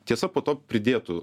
tiesa po to pridėtų